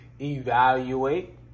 Evaluate